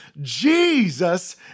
Jesus